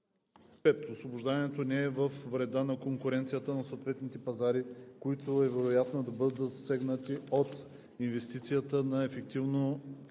„5. освобождаването не е във вреда на конкуренцията на съответните пазари, които е вероятно да бъдат засегнати от инвестицията, на ефективното